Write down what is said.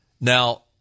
Now